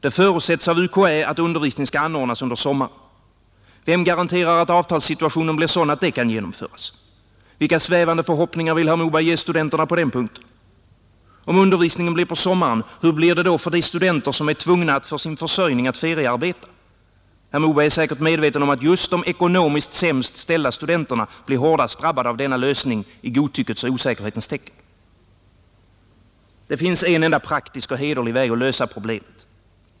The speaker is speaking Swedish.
Det förutsätts av UKÄ att undervisning skall anordnas under sommaren. Vem garanterar att avtalssituationen blir sådan att detta kan genomföras? Vilka svävande förhoppningar vill herr Moberg ge studenterna på den punkten? Om undervisningen anordnas på sommaren, hur blir det för de studenter som är tvungna för sin försörjning att feriearbeta? Herr Moberg är säkert medveten om att just de ekonomiskt sämst ställda studenterna blir hårdast drabbade av denna lösning i godtyckets och osäkerhetens tecken. Det finns en enda praktisk och hederlig väg att lösa problemet.